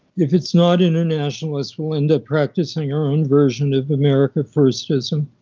if it's not internationalist, we'll end up practicing our own version of america firstism.